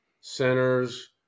centers